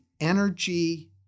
energy